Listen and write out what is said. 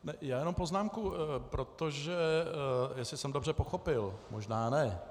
Já jenom poznámku, protože jestli jsem dobře pochopil, možná ne.